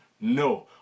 no